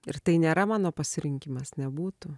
ir tai nėra mano pasirinkimas nebūtų